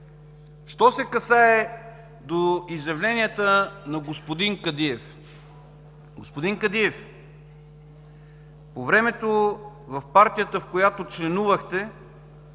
Що се касае до изявленията на господин Кадиев. Господин Кадиев, по времето в партията, в която членувахте